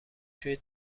توی